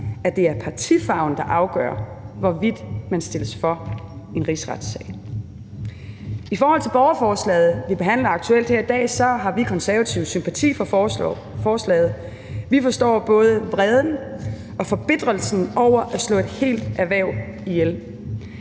at det er partifarven, der afgør, hvorvidt man stilles for en rigsret. I forhold til borgerforslaget, vi behandler aktuelt her i dag, har vi konservative sympati for forslaget. Vi forstår både vreden og forbitrelsen over, at man har slået et helt erhverv ihjel.